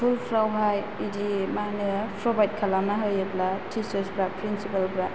स्कुलफ्रावहाय इदि मा होनो फ्रबाइद खालामना होयोब्ला थिसार्सफ्रा प्रिनसिफालफ्रा